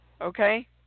Okay